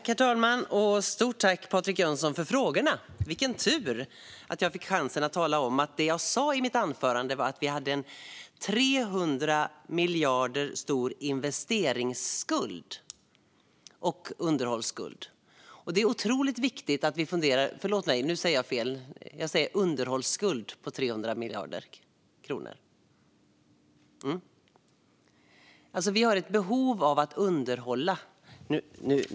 Herr talman! Stort tack, Patrik Jönsson, för frågorna! Vilken tur att jag fick chansen att tala om att det jag sa i mitt anförande var att vi hade en 300 miljarder stor investeringsskuld och underhållsskuld. Förlåt mig. Nu säger jag fel. Jag säger underhållsskuld på 300 miljarder kronor. Vi har ett behov av att underhålla.